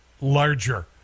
larger